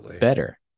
better